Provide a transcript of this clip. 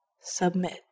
Submit